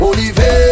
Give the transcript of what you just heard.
Olivier